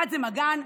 1. מג"ן,